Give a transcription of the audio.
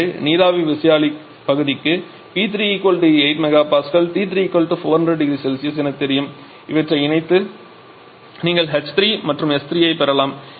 எனவே நீராவி விசையாழி பகுதிக்கு P3 8 MPa T3 400 0C என தெரியும் இவற்றை இணைத்து நீங்கள் h3 மற்றும் s3 ஐப் பெறலாம்